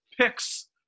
picks